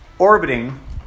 orbiting